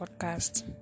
podcast